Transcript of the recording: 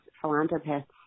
philanthropists